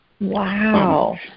wow